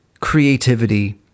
creativity